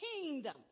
kingdom